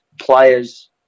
players